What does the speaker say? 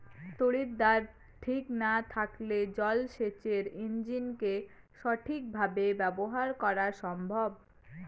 তড়িৎদ্বার ঠিক না থাকলে জল সেচের ইণ্জিনকে সঠিক ভাবে ব্যবহার করা অসম্ভব